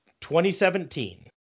2017